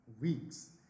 weeks